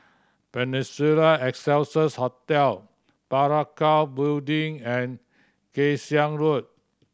Peninsula Excelsiors Hotel Parakou Building and Kay Siang Road